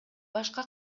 башка